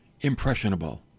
impressionable